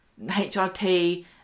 HRT